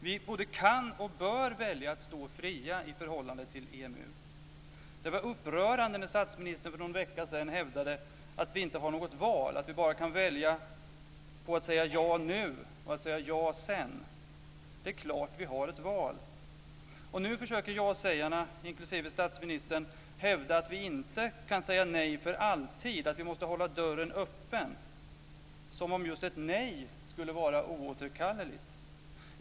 Vi både kan och bör välja att stå fria i förhållande till EMU. Det var upprörande när statsministern för någon vecka sedan hävdade att vi inte har något val, utan att vi bara kan välja mellan att säga ja nu och att säga ja sedan. Det är klart att vi har ett val! Nu försöker ja-sägarna, inklusive statsministern, hävda att vi inte kan säga nej för alltid och att vi måste hålla dörren öppen - som om just ett nej skulle vara oåterkalleligt.